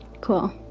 Cool